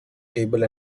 table